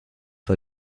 war